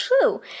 true